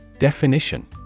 Definition